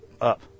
up